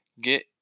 get